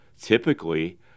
typically